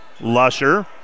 Lusher